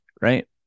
right